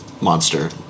monster